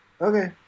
okay